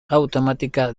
automática